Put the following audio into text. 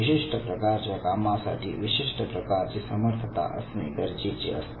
विशिष्ट प्रकारच्या कामासाठी विशिष्ट प्रकारची समर्थता असणे गरजेचे असते